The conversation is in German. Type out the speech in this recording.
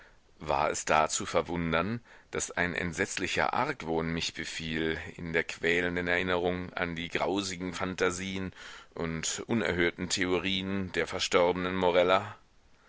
war es da zu verwundern daß ein entsetzlicher argwohn mich befiel in der quälenden erinnerung an die grausigen phantasien und unerhörten theorien der verstorbenen morella